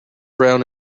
brown